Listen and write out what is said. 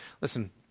Listen